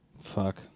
Fuck